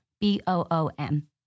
B-O-O-M